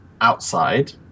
outside